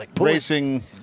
Racing